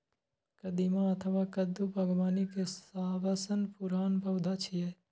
कदीमा अथवा कद्दू बागबानी के सबसं पुरान पौधा छियै